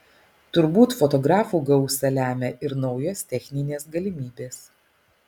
turbūt fotografų gausą lemia ir naujos techninės galimybės